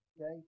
okay